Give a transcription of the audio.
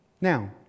now